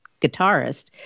guitarist